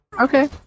okay